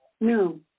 No